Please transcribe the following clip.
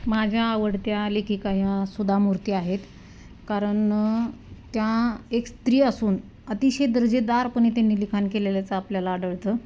माझ्या आवडत्या लेखिका या सुधा मूर्ती आहेत कारण त्या एक स्त्री असून अतिशय दर्जेदारपणे त्यांनी लिखाण केलेल्याचं आपल्याला आढळतं